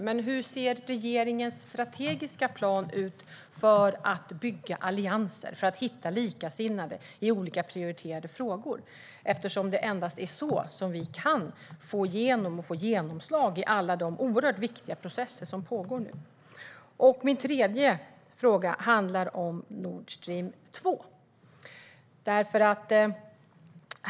Men hur ser regeringens strategiska plan ut för att bygga allianser och hitta likasinnade i olika prioriterade frågor? Det är endast så som vi kan få genomslag i alla de oerhört viktiga processer som nu pågår. Det tredje handlar om Nordstream 2.